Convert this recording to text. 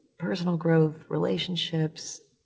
personal growth, relationships,